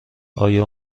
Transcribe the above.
آیا